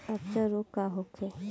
अपच रोग का होखे?